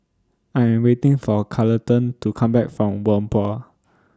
I Am waiting For Carleton to Come Back from Whampoa